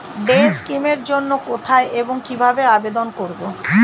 Day scheme এর জন্য কোথায় এবং কিভাবে আবেদন করব?